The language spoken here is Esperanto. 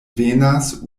venas